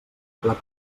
plat